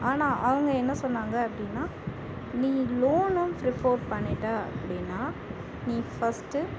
ஆனால் அவங்க என்ன சொன்னாங்க அப்படின்னா நீ லோனும் ப்ரீஃபோர் பண்ணிவிட்ட அப்படின்னா நீ ஃபர்ஸ்ட்